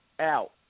out